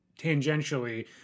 tangentially